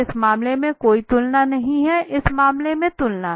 इस मामले में कोई तुलना नहीं है इस मामले में तुलना है